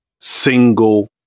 single